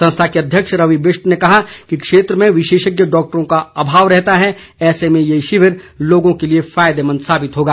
संस्था के अध्यक्ष रवि बिष्ट ने कहा कि क्षेत्र में विशेषज्ञ डॉक्टरों का अभाव रहता है ऐसे में ये शिविर लोगों के लिए फायदेमंद साबित होगा